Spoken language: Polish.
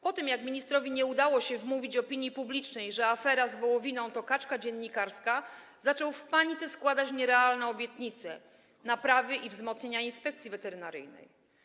Po tym, jak ministrowi nie udało się wmówić opinii publicznej, że afera z wołowiną to kaczka dziennikarska, zaczął w panice składać nierealne obietnice naprawy i wzmocnienia Inspekcji Weterynaryjnej.